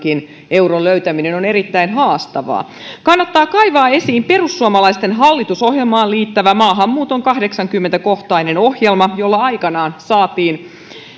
euron löytäminen on erittäin haastavaa kannattaa kaivaa esiin perussuomalaisten hallitusohjelmaan liittämä maahanmuuton kahdeksankymmentä kohtainen ohjelma jolla aikanaan